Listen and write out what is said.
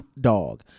dog